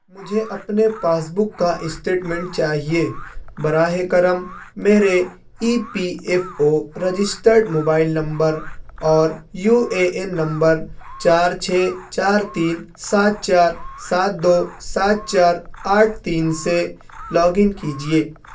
مجھے اپنے پاسبک کا اسٹیٹمنٹ چاہیے براہ کرم میرے E P F O registered mobile number اور یو اے این نمبر چار چھ چار تین سات چار سات دو سات چار آٹھ تین سے لاگن کیجیے